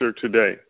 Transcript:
today